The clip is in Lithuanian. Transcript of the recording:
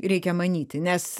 reikia manyti nes